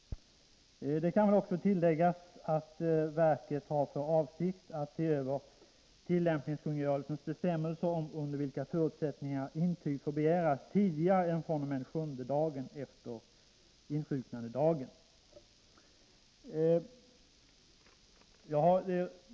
Det kan också tilläggas att verket har för avsikt att se över tillämpningskungörelsens bestämmelser om under vilka förutsättningar intyg får begäras tidigare än fr.o.m. den sjunde dagen efter insjuknandedagen.